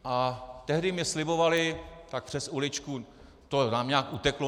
A tehdy mi slibovali tak přes uličku: To nám nějak uteklo.